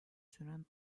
süren